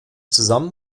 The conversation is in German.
zusammen